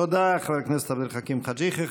תודה, חבר הכנסת עבד אל חכים חאג' יחיא.